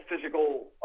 physical